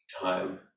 time